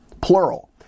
plural